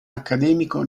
accademico